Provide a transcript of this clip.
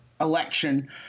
election